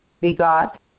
begot